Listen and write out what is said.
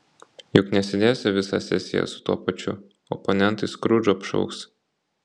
juk nesėdėsi visą sesiją su tuo pačiu oponentai skrudžu apšauks